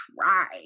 try